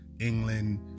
England